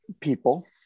people